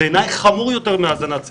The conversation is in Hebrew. בעיניי זה חמור יותר מהאזנת סתר.